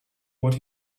what